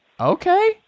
okay